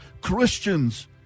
Christians